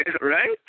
right